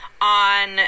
on –